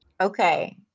Okay